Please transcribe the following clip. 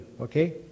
okay